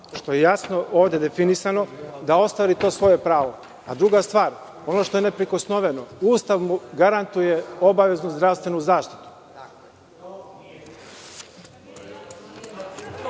što je jasno ovde definisano, da ostvari to svoje pravo. Druga stvar, ono što je neprikosnoveno, Ustav mu garantuje obaveznu zdravstvenu zaštitu.